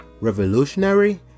revolutionary